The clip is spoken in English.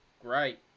great